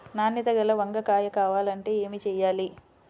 నాణ్యత గల వంగ కాయ కావాలంటే ఏమి చెయ్యాలి?